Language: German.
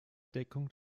deckung